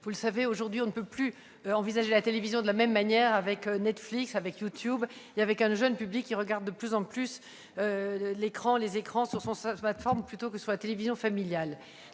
Vous le savez, aujourd'hui, on ne peut plus envisager la télévision de la même manière avec Netflix, avec YouTube et avec un jeune public qui regarde de plus en plus les images sur son smartphone plutôt que sur le poste de télévision familial.